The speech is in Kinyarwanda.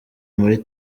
muri